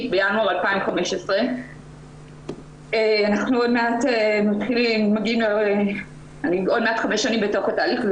בינואר 2015 ועוד מעט אני חמש שנים בתוך התהליך.